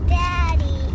daddy